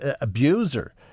abuser